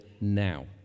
now